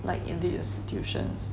like in the institutions